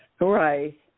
Right